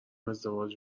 ازدواج